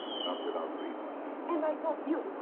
not without reason and i thought you.